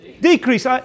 decrease